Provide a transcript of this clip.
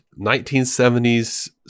1970s